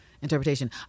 Interpretation